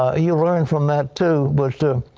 ah you learn from that too. but